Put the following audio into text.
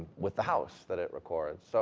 with the house that it records. so,